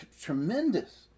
tremendous